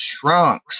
shrunk